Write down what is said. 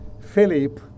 Philip